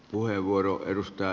arvoisa puhemies